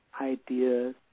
Ideas